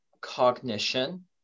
cognition